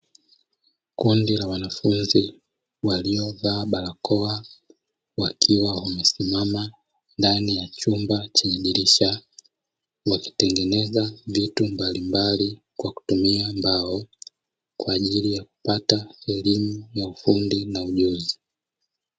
Kundi la wanafunzi waliovaa barakoa wakiwa wamesimama ndani ya chumba chenye dirisha, wakitengeneza vitu mbalimbali kwa kutumia mbao kwa ajili ya kupata elimu ya ufundi na ujuzi.